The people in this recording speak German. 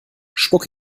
spuck